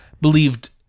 believed